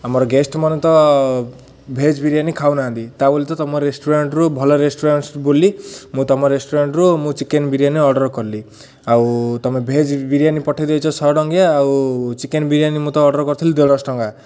ଆମର ଗେଷ୍ଟ୍ ମାନେ ତ ଭେଜ୍ ବିରିୟାନି ଖାଉନାହାନ୍ତି ତା ବୋଲି ତମ ରେଷ୍ଟୁରାଣ୍ଟ୍ରୁ ଭଲ ରେଷ୍ଟୁରାଣ୍ଟ୍ ବୋଲି ମୁଁ ତମ ରେଷ୍ଟୁରାଣ୍ଟ୍ରୁ ମୁଁ ଚିକେନ୍ ବିରିୟାନି ଅର୍ଡ଼ର କଲି ଆଉ ତମେ ଭେଜ୍ ବିରିୟାନି ପଠେଇ ଦେଇଛ ଶହ ଟଙ୍କିଆ ଆଉ ଚିକେନ୍ ବିରିୟାନି ମୁଁ ତ ଅର୍ଡ଼ର କରିଥିଲି ଦେଢ଼ଶହ ଟଙ୍କା